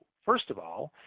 first of all,